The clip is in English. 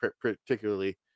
particularly